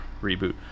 reboot